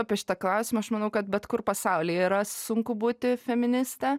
apie šitą klausimą aš manau kad bet kur pasaulyje yra sunku būti feministe